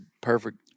perfect